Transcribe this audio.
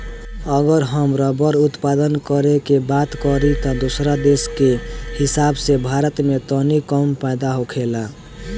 अगर हम रबड़ उत्पादन करे के बात करी त दोसरा देश के हिसाब से भारत में तनी कम पैदा होखेला